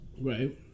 Right